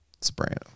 Soprano